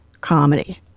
comedy